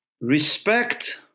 respect